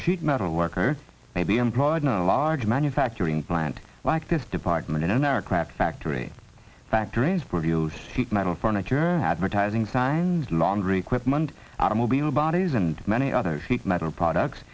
you metal work or may be employed in a large manufacturing plant like this department in an aircraft factory factories produce huge metal furniture advertising signs laundry equipment automobile bodies and many other sheet metal products